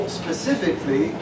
specifically